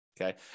Okay